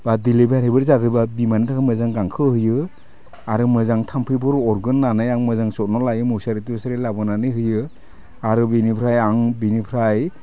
बा दिलिभारिफोर जादोंबा बिमानि थाखाय मोजां गांसो होयो आरो मोजां थाम्फैफोर अरगोन होन्नानै आं मोजां जथ्न' लायो मुसारि थुसारि लाबोनानै हायो आरो बेनिफ्राय आं बेनिफ्राय